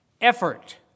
Effort